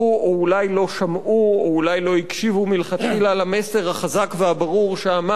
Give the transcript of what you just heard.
או אולי לא שמעו או אולי לא הקשיבו מלכתחילה למסר החזק והברור שאמר: